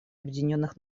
объединенных